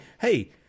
hey